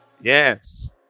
Yes